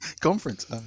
Conference